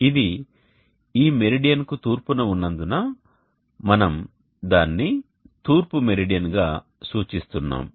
ఇది ఈ మెరిడియన్కు తూర్పున ఉన్నందున మనం దానిని తూర్పు మెరిడియన్ గా సూచిస్తున్నాము